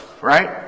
Right